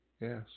yes